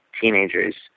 teenagers